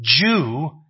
Jew